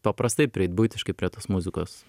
paprastai prieit buitiškai prie tos muzikos